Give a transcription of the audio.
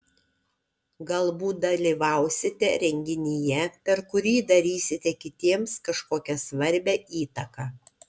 galbūt dalyvausite renginyje per kurį darysite kitiems kažkokią svarbią įtaką